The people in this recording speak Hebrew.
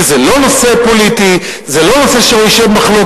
כי זה לא נושא פוליטי וזה לא נושא שהוא במחלוקת,